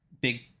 big